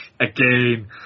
again